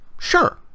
Sure